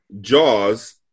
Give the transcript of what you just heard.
Jaws